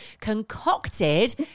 concocted